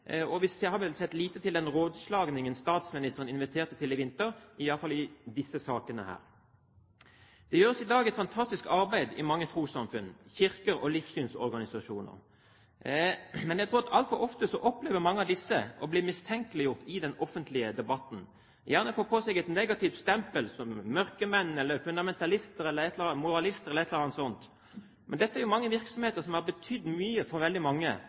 og vi har vel sett lite til den rådslagningen statsministeren inviterte til i vinter – i alle fall i disse sakene. Det gjøres i dag et fantastisk arbeid i mange trossamfunn, kirker og livssynsorganisasjoner. Men jeg tror at altfor ofte opplever mange av disse å bli mistenkeliggjort i den offentlige debatten, gjerne får de et negativt stempel som mørkemenn eller fundamentalister eller moralister eller et eller annet sånt. Dette er virksomheter som har betydd mye for veldig mange,